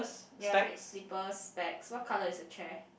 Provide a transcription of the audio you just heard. ya red slippers bags what colour is the chair